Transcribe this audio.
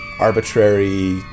arbitrary